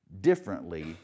differently